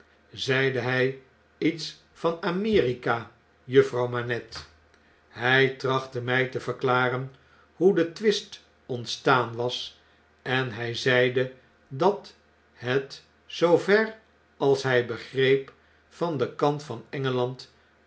e r i k a juffrouw manette hg trachtte mg te verklaren hoe de twist ontstaan was en zeide dat het zoover als hg begreep van den kant van